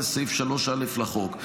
זה סעיף 3(א) לחוק.